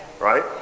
right